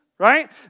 right